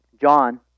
John